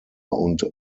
und